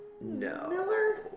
No